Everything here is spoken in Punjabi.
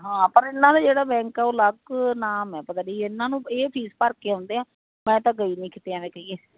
ਹਾਂ ਪਰ ਇਹਨਾਂ ਦਾ ਜਿਹੜਾ ਬੈਂਕ ਉਹ ਅਲੱਗ ਨਾਮ ਐ ਪਤਾ ਨੀ ਇਹਨਾਂ ਨੂੰ ਇਹ ਫੀਸ ਭਰ ਕੇ ਆਉਂਦੇ ਆ ਮੈਂ ਤਾਂ ਗਈ ਨੀ ਕਿਤੇ ਐਵੇਂ ਕਹੀਏ